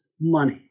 money